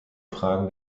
fragen